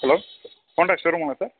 hello Honda show ரூம்ங்ளா sir